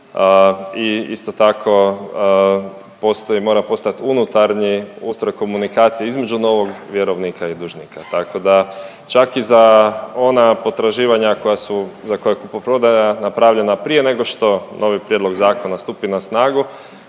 postoji, mora postojati unutarnji ustroj komunikacije između novog vjerovnika i dužnika. Tako da čak i za ona potraživanja koja su, za koja je kupoprodaja napravljena prije nego što novi Prijedlog zakona stupi na snagu